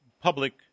public